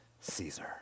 Caesar